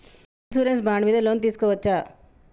Insurance bond మీద loan తీస్కొవచ్చా?